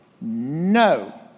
No